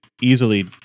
easily